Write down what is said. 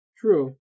True